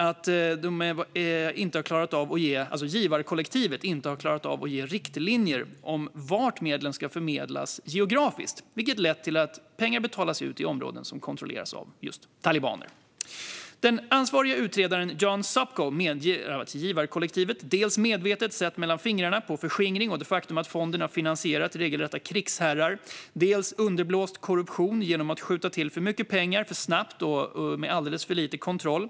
Givarkollektivet har inte heller klarat av att ge riktlinjer om vart medlen ska förmedlas geografiskt, vilket har lett till att pengar betalats ut i områden som kontrolleras av just talibaner. Den ansvarige utredaren John Sopko medger att givarkollektivet dels medvetet sett mellan fingrarna med förskingring och med att fonden finansierat regelrätta krigsherrar, dels underblåst korruption genom att skjuta till för mycket pengar för snabbt och med alldeles för lite kontroll.